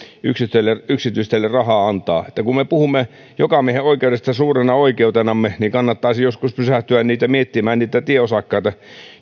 yksityisteille yksityisteille rahaa antaa kun me puhumme jokamiehenoikeudesta suurena oikeutenamme niin kannattaisi joskus pysähtyä miettimään niitä tieosakkaita